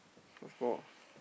what score